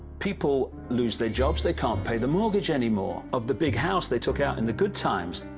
people lose their jobs, they can't pay the mortgage anymore, of the big house they took out in the good times.